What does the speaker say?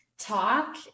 talk